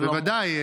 הלוא, בוודאי.